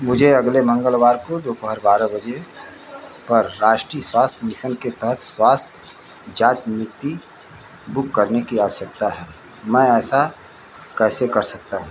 मुझे अगले मंगलवार को दोपहर बारह बजे पर राष्ट्रीय स्वास्थ्य मिशन के तहत स्वास्थ्य जाँच नियुक्ति बुक करने की आवश्यकता है मैं ऐसा कैसे कर सकता हूँ